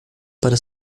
para